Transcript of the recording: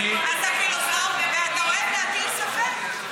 אז אתה פילוסוף ואתה אוהב להטיל ספק.